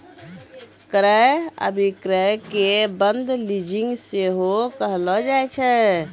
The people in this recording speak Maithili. क्रय अभिक्रय के बंद लीजिंग सेहो कहलो जाय छै